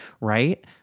right